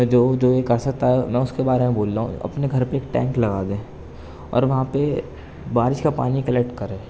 جو جو یہ کر سکتا ہے میں اس کے بارے میں بول رہا ہوں اپنے گھر پہ ایک ٹینک لگا دے اور وہاں پہ بارش کا پانی کلکٹ کریں